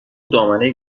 دامنه